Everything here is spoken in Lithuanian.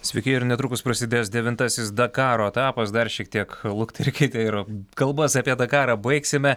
sveiki ir netrukus prasidės devintasis dakaro etapas dar šiek tiek lukterkite ir kalbas apie dakarą baigsime